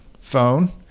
phone